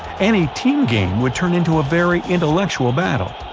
any team game would turn into a very intellectual battle.